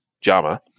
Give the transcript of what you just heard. JAMA